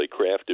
crafted